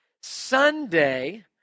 Sunday